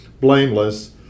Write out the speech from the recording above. blameless